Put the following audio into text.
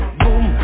boom